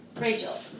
Rachel